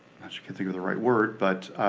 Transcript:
can't think of the right word, but